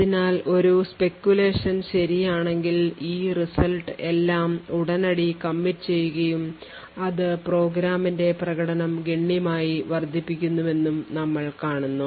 അതിനാൽ ഒരു speculation ശരിയാണെങ്കിൽ ഈ result എല്ലാം ഉടനടി commit ചെയ്യുകയും അത് പ്രോഗ്രാമിന്റെ പ്രകടനം ഗണ്യമായി വർദ്ധിപ്പിക്കുമെന്നും നമ്മൾ കാണുന്നു